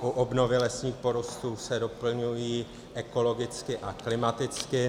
U obnovy lesních porostů se doplňují ekologicky a klimaticky.